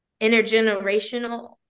intergenerational